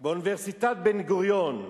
באוניברסיטת בן-גוריון,